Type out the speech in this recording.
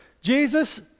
Jesus